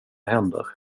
händer